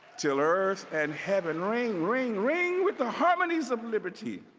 til earth and heaven ring, ring, ring with the harmonyies of liberty